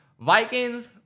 Vikings